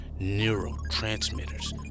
neurotransmitters